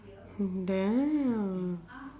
damn